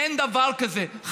אין דבר כזה,